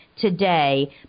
Today